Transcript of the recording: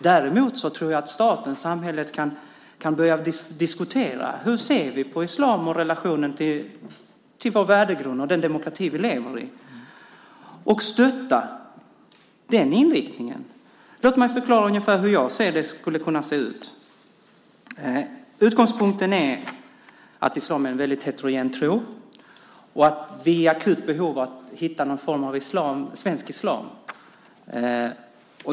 Däremot tror jag att staten, samhället, kan börja diskutera hur vi ser på islam och på relationen till vår värdegrund och den demokrati vi lever i och stötta den inriktningen. Låt mig förklara ungefär hur jag menar att det skulle kunna se ut. Utgångspunkten är att islam är en väldigt heterogen tro och att vi är i akut behov av att hitta någon form av svensk islam.